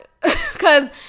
Cause